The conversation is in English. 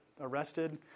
arrested